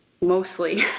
mostly